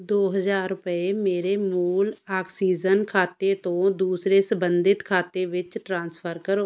ਦੋ ਹਜ਼ਾਰ ਰੁਪਏ ਮੇਰੇ ਮੂਲ ਆਕਸੀਜਨ ਖਾਤੇ ਤੋਂ ਦੂਸਰੇ ਸੰਬੰਧਿਤ ਖਾਤੇ ਵਿੱਚ ਟ੍ਰਾਂਸਫਰ ਕਰੋ